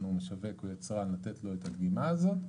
או משווק או יצרן לתת לו את הדגימה הזאת.